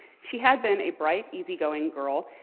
she had been a bright, easygoing girl.